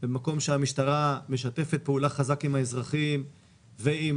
במקום שהמשטרה משתפת פעולה חזק עם האזרחים ועם